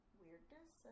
weirdness